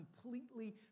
completely